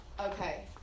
Okay